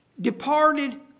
departed